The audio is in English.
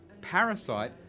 Parasite